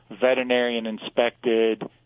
veterinarian-inspected